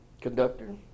Conductor